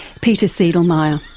peter seidlmeier.